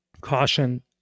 caution